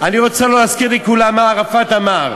אני קורא לכם לשלב ידיים,